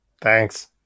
thanks